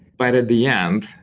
but at the end,